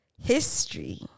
history